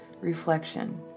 reflection